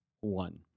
one